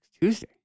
Tuesday